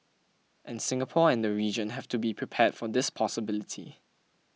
and Singapore and the region have to be prepared for this possibility